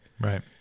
Right